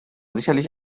sicherlich